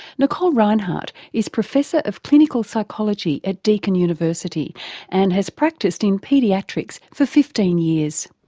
nicole rinehart is professor of clinical psychology at deakin university and has practised in paediatrics for fifteen years.